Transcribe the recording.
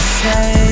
say